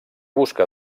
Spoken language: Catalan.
busca